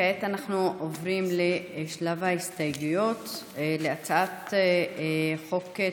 כעת אנחנו עוברים לשלב ההסתייגויות להצעת החוק.